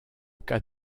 cas